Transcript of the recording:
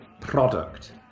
product